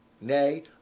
nay